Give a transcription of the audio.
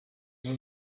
ubu